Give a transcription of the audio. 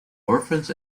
orphans